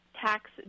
tax